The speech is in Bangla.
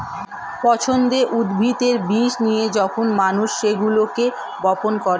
পছন্দের উদ্ভিদের বীজ নিয়ে যখন মানুষ সেগুলোকে বপন করে